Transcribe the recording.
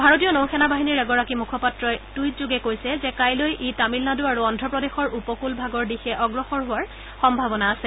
ভাৰতীয় নৌ সেনা বাহিনীৰ এগৰাকী মুখপাত্ৰই টুইটযোগে কৈছে যে কাইলৈ ই তামিলনাডু আৰু অন্ধপ্ৰদেশৰ উপকূলভাগৰ দিশে অগ্ৰসৰ হোৱাৰ সম্ভাৱনা আছে